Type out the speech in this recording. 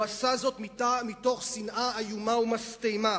הוא עשה זאת מתוך שנאה איומה ומשטמה,